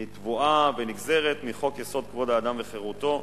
היא טבועה ונגזרת מחוק-יסוד: כבוד האדם וחירותו,